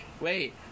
wait